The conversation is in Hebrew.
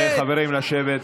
חברים, לשבת.